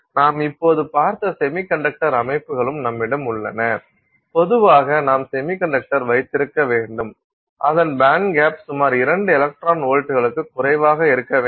நாம் இப்போது பார்த்த செமிகண்டக்டர் அமைப்புகளும் நம்மிடம் உள்ளன பொதுவாக நாம் செமிகண்டக்டர் வைத்திருக்க வேண்டும் அதன் பேண்ட்கேப் சுமார் 2 எலக்ட்ரான் வோல்ட்டுகளுக்கு குறைவாக இருக்க வேண்டும்